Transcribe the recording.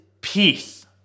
peace